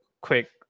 quick